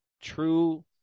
true